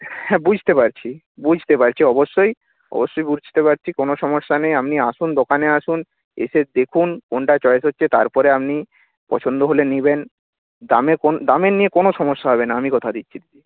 হ্যাঁ বুঝতে পারছি বুঝতে পারছি অবশ্যই অবশ্যই বুঝতে পারছি কোনও সমস্যা নেই আপনি আসুন দোকানে আসুন এসে দেখুন কোনটা চয়েস হচ্ছে তারপরে আপনি পছন্দ হলে নেবেন দামের দামের নিয়ে কোনো সমস্যা হবে না আমি কথা দিচ্ছি দিদি